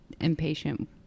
impatient